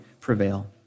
prevail